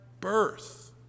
birth